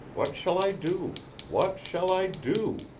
what shall i do? what shall i do?